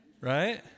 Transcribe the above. Right